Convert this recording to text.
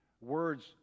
Words